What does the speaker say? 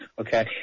okay